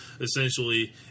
essentially